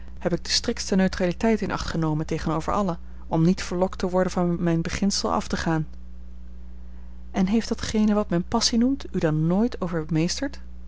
heb ik de striktste neutraliteit in acht genomen tegenover allen om niet verlokt te worden van mijn beginsel af te gaan en heeft datgene wat men passie noemt u dan nooit